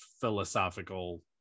philosophical